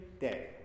day